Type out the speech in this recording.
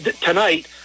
tonight